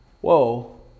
whoa